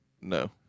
No